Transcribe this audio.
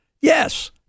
Yes